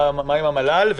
מה עם המל"ל?